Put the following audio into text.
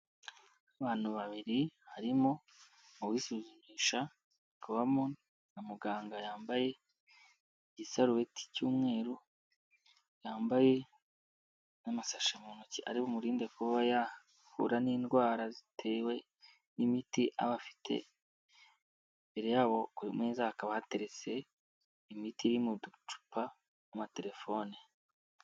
Abantu babiri harimo uwisuzumisha hakabamo na muganga yambaye igisarureti cy'umweru, yambaye n'amasashi mu ntoki ari bumurinde kuba yahura n'indwara zitewe n'imiti aba afite, imbere yabo ku meza hakaba hateretse imiti iri mu ducupa n'amatelefone.